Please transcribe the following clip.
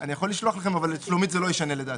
אני יכול לשלוח לכם אבל לשלומית זה לא ישנה לפי דעתי.